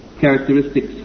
characteristics